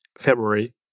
february